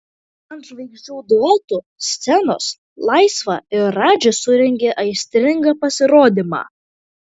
ant žvaigždžių duetų scenos laisva ir radži surengė aistringą pasirodymą